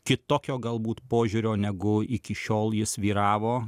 kitokio galbūt požiūrio negu iki šiol jis svyravo